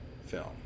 film